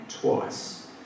twice